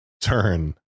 turn